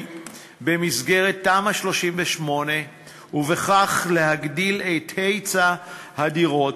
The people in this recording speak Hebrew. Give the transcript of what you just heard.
במסגרת תמ"א 38 ובכך להגדיל את היצע הדירות,